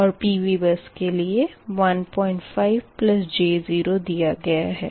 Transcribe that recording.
और PV bus के लिए 15 j 0 दिया गया है